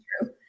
true